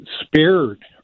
spared